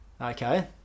Okay